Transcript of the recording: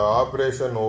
operation